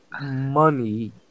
money